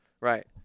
Right